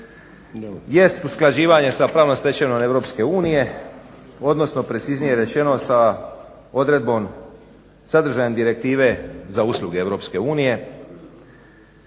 jest usklađivanje sa pravnom stečevinom EU odnosno preciznije rečeno sa odredbom sadržajem Direktive za usluge EU.